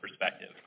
perspective